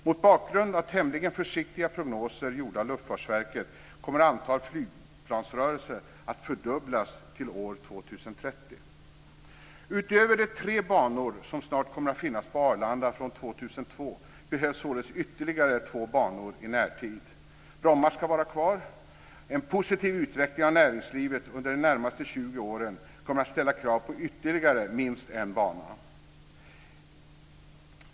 Mot bakgrund av tämligen försiktiga prognoser gjorda av Utöver de tre banor som snart kommer att finnas på Arlanda - från år 2002 - behövs således ytterligare två banor i närtid. Bromma ska vara kvar. En positiv utveckling av näringslivet under de närmaste 20 åren kommer att ställa krav på ytterligare minst en bana.